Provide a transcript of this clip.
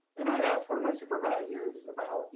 and i asked for and my supervisors about,